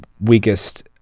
weakest